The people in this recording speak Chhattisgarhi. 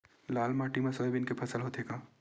लाल माटी मा सोयाबीन के फसल होथे का?